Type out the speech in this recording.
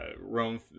Rome